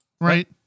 Right